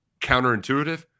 counterintuitive